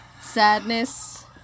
sadness